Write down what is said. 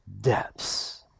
depths